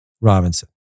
Robinson